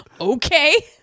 Okay